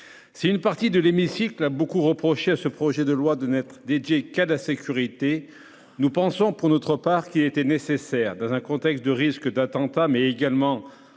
Si une partie de notre hémicycle a beaucoup reproché à ce projet de loi de n'être dédié qu'à la sécurité, nous pensons pour notre part qu'il était nécessaire, dans un contexte de risque d'attentat, mais également